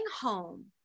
home